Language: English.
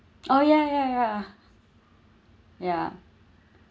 oh ya ya ya ya